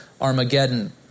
Armageddon